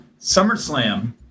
SummerSlam